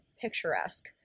picturesque